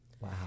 Wow